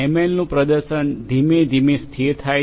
એલનું પ્રદર્શન ધીમે ધીમે સ્થિર થાય છે